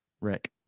Rick